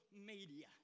media